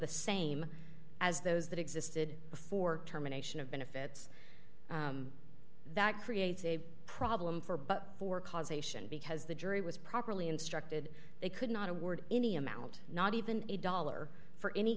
the same as those that existed before terminations of benefits that creates a problem for but for causation because the jury was properly instructed they could not award any amount not even a dollar for any